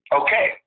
okay